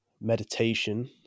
Meditation